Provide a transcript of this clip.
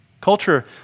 Culture